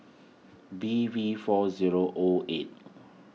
B V four zero O eight